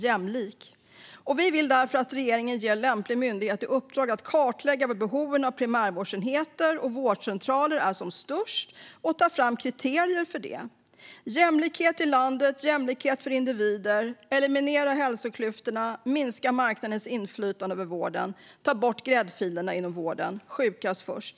Därför vill vi att regeringen ger lämplig myndighet i uppdrag att kartlägga var behoven av primärvårdsenheter och vårdcentraler är som störst och ta fram kriterier för det. Vi behöver jämlikhet i landet och jämlikhet för individer. Vi behöver eliminera hälsoklyftorna, minska marknadens inflytande över vården och ta bort gräddfilerna inom vården - sjukast först!